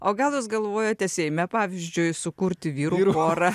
o gal jūs galvojate seime pavyzdžiui sukurti vyrų chorą